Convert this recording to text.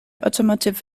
automotive